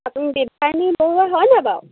আপুনি বৰুৱা হয় নাই বাৰু